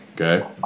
Okay